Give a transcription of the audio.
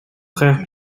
frère